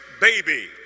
baby